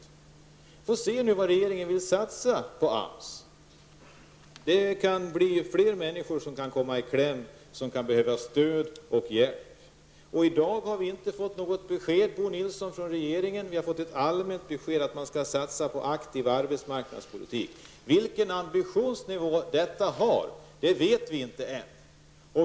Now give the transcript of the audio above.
Vi får se vad regeringen vill satsa på AMS. Fler människor kan komma i kläm och behöva stöd och hjälp. I dag har vi inte fått något besked från regeringen, Bo Nilsson. Vi har fått ett allmänt besked om att man skall satsa på aktiv arbetsmarknadspolitik. Vilken ambitionsnivå denna skall ha vet vi inte än.